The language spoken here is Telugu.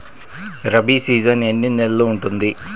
రబీ సీజన్ ఎన్ని నెలలు ఉంటుంది?